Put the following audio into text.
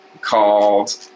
called